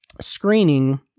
screening